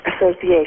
Association